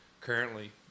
currently